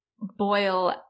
boil